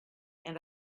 and